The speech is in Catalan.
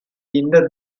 llinda